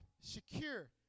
secure